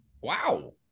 Wow